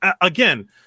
again